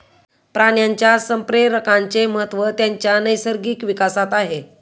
प्राण्यांच्या संप्रेरकांचे महत्त्व त्यांच्या नैसर्गिक विकासात आहे